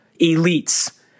elites